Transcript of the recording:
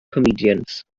comedians